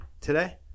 today